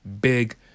big